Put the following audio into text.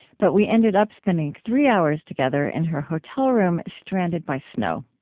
but we ended up spending three hours together in her hotel room, stranded by snow.